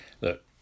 Look